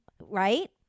Right